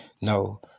No